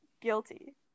guilty